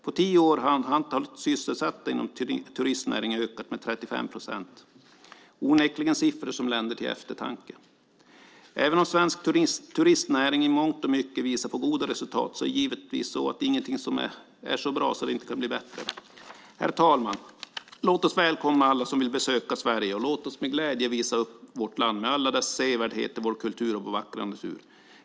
På tio år har antalet sysselsatta inom turismnäringen ökat med 35 procent. Det är onekligen siffror som länder till eftertanke. Även om svensk turistnäring i mångt och mycket visar på goda resultat är det givetvis så att ingenting är så bra att det inte kan bli bättre. Herr talman! Låt oss välkomna alla som vill besöka Sverige, och låt oss med glädje visa upp vårt land med alla dess sevärdheter, vår kultur och vår vackra natur!